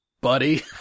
buddy